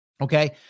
okay